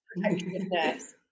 protectiveness